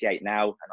now